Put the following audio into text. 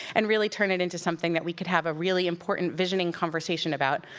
and really turn it into something that we could have a really important visioning conversation about,